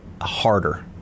harder